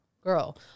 Girl